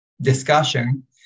discussion